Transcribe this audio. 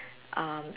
um